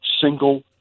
single